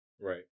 Right